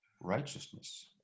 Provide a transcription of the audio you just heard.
righteousness